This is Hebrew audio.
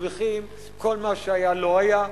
הם משליכים, כל מה שהיה לא היה.